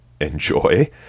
Enjoy